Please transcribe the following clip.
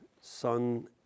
Son